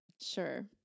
Sure